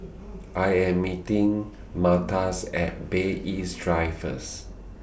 I Am meeting Marta's At Bay East Drive First